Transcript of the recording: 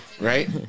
right